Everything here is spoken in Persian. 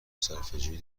صرفهجویی